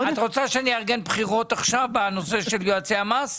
--- את רוצה שאני אארגן בחירות עכשיו בנושא של יועצי המס?